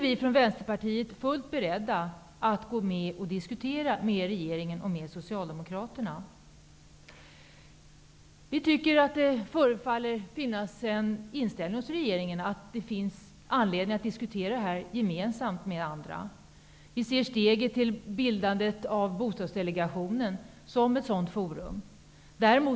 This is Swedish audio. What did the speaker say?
Vi i Vänsterpartiet är fullt beredda att diskutera detta med regeringen och med Socialdemokraterna. Det förefaller som att regeringens inställning är att det finns anledning att diskutera det här med andra partier. Vi ser steget som togs när Bostadsdelegationen bildades, och vi menar att delegationen kunde vara ett forum för denna diskussion.